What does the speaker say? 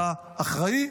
אתה אחראי?